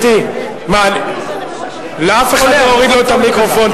גברתי, לאף אחד לא הורידו את המיקרופון.